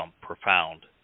profound